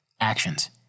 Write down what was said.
actions